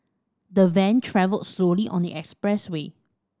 the van travelled slowly on the expressway